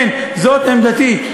כן, זאת עמדתי.